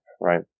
right